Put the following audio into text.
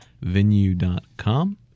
venue.com